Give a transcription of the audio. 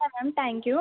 okay ma'am thank you